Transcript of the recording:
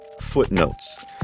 footnotes